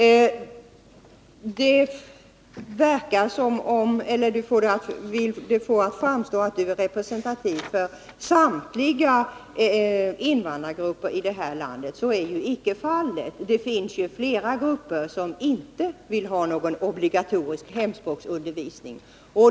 Alexander Chrisopoulos vill få det att framstå som om han är representativ för samtliga invandrargrupper i landet. Så är inte fallet. Det finns flera grupper som inte vill ha någon obligatorisk hemspråksundervisning.